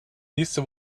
nächste